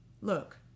Look